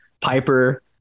Piper